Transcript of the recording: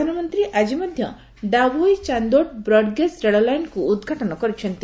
ପ୍ରଧାନମନ୍ତ୍ରୀ ଆଜି ମଧ୍ୟ ଡାଭୋଇ ଚାନ୍ଦୋଡ୍ ବ୍ରଡ୍ଗେଜ୍ ରେଳ ଲାଇନ୍କୁ ଉଦ୍ଘାଟନ କରିଛନ୍ତି